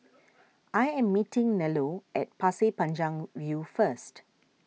I am meeting Nello at Pasir Panjang View first